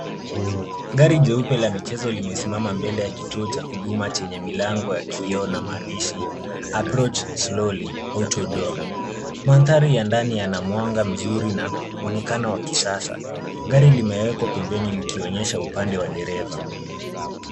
Gari jeupe la michezo limesimama mbele ya kituo cha huduma chenye milango ya kioo na maandishi approach slowly auto door . Mandhari ya ndani yana mwanga mzuri na mwonekano wa kisasa. Gari limewekwa pembeni likionyesha upande wa dereva.